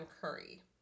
Curry